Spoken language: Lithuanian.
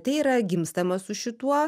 tai yra gimstama su šituo